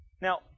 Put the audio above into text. Now